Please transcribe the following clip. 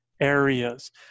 areas